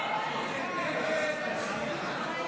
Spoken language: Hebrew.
ההסתייגויות לסעיף